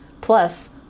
Plus